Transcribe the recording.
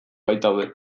baitaude